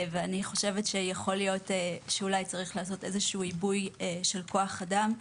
אני חושבת שאולי צריך לעשות איזשהו עיבוי של כוח אדם,